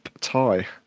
tie